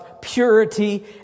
purity